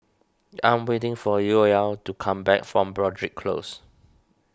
I am waiting for Yoel to come back from Broadrick Close